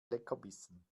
leckerbissen